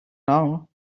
now